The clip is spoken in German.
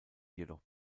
jedoch